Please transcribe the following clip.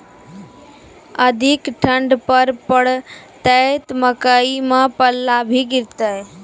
अधिक ठंड पर पड़तैत मकई मां पल्ला भी गिरते?